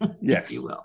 Yes